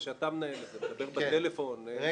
אתה מדבר בטלפון ומתעסק בכל מיני דברים.